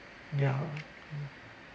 ya mm